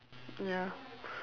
ya